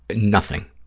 but nothing.